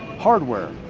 hardware,